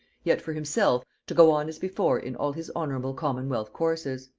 yet for himself, to go on as before in all his honorable commonwealth courses.